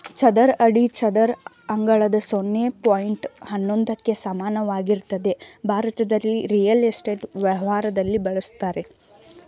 ಚದರ ಅಡಿ ಚದರ ಅಂಗಳದ ಸೊನ್ನೆ ಪಾಯಿಂಟ್ ಹನ್ನೊಂದಕ್ಕೆ ಸಮಾನವಾಗಿರ್ತದೆ ಭಾರತದಲ್ಲಿ ರಿಯಲ್ ಎಸ್ಟೇಟ್ ವ್ಯವಹಾರದಲ್ಲಿ ಬಳುಸ್ತರೆ